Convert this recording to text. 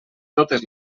totes